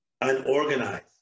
unorganized